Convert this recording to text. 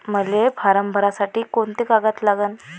मले फारम भरासाठी कोंते कागद लागन?